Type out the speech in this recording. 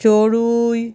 চড়ুই